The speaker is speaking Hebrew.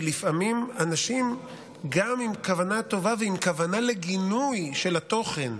כי לפעמים אנשים הם גם עם כוונה טובה ועם כוונה לגינוי של התוכן,